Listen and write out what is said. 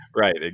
Right